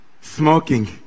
smoking